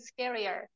scarier